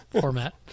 format